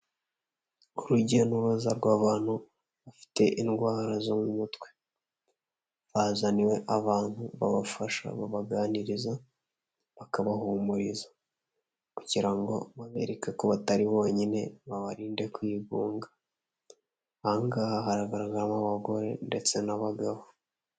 Urujya n'uruza rw'abantu bafite indwara zo mu mutwe, bazaniwe abantu babafasha babaganiriza bakabahumuriza kugira ngo babereke ko batari bonyine babarinde kwigunga, aha ngaha haragaragaramo abagore ndetse n'abagabo.